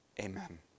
Amen